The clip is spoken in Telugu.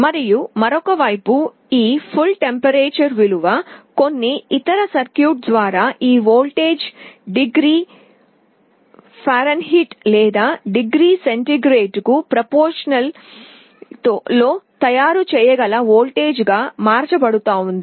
మరియు మరొక వైపు ఈ సంపూర్ణ ఉష్ణోగ్రత విలువ కొన్ని ఇతర సర్క్యూట్ ద్వారా ఈ వోల్టేజ్ డిగ్రీ ఫారెన్హీట్ లేదా డిగ్రీ సెంటీగ్రేడ్కు అనులోమానుపాతంలో తయారు చేయగల వోల్టేజ్గా మార్చబడుతోంది